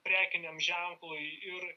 prekiniam ženklui ir